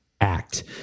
act